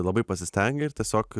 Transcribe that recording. labai pasistengė ir tiesiog